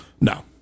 no